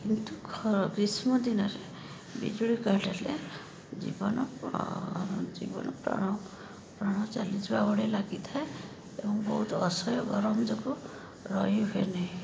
କିନ୍ତୁ ଗ୍ରୀଷ୍ମଦିନରେ ବିଜୁଳି କାଟ୍ ହେଲେ ଜୀବନ ଜୀବନ ପ୍ରାଣ ପ୍ରାଣ ଚାଲିଯିବା ଭଳି ଲାଗିଥାଏ ଏବଂ ବହୁତ ଅସହ୍ୟ ଗରମ ଯୋଗୁଁ ରହିହୁଏନି